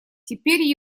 теперь